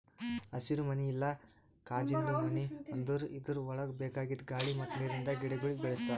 ಹಸಿರುಮನಿ ಇಲ್ಲಾ ಕಾಜಿಂದು ಮನಿ ಅಂದುರ್ ಇದುರ್ ಒಳಗ್ ಬೇಕಾಗಿದ್ ಗಾಳಿ ಮತ್ತ್ ನೀರಿಂದ ಗಿಡಗೊಳಿಗ್ ಬೆಳಿಸ್ತಾರ್